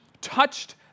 touched